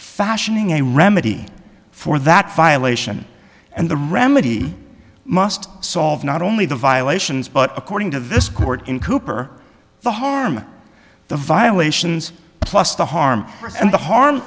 fashioning a remedy for that file ation and the remedy must solve not only the violations but according to this court in cooper the harm the violations plus the harm and the harm